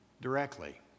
directly